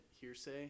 hearsay